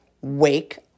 wake